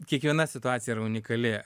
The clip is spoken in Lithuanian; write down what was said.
kiekviena situacija yra unikali